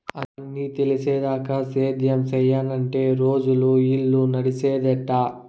అన్నీ తెలిసేదాకా సేద్యం సెయ్యనంటే రోజులు, ఇల్లు నడిసేదెట్టా